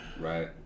Right